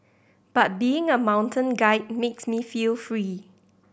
but being a mountain guide makes me feel free